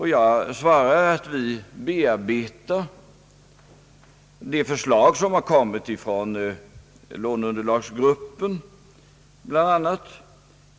Jag svarar att vi bearbetar de förslag som kommit från låneunderlagsgruppen och från annat håll.